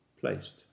placed